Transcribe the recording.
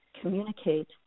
communicate